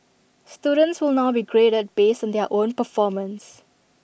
students will now be graded based on their own performance